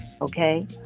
Okay